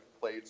played